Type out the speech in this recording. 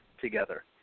together